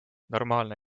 normaalne